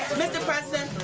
mr. president,